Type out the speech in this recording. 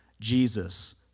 Jesus